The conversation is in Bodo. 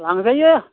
लांजायो